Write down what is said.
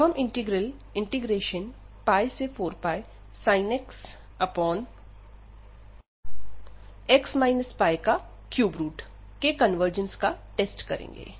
अब हम integral 4πsin x 3x πdx के कन्वर्जेंस का टेस्ट करेंगे